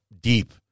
deep